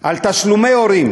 על תשלומי הורים,